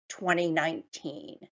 2019